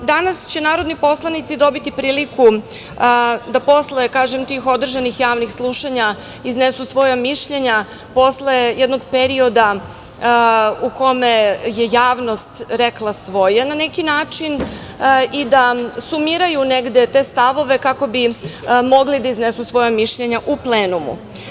Danas će narodni poslanici dobiti priliku da posle tih održanih javnih slušanja iznesu svoja mišljenja, posle jednog perioda u kome je javnost rekla svoje, na neki način i da sumiraju negde te stavove kako bi mogli da iznesu svoja mišljenja u plenumu.